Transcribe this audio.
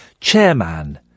chairman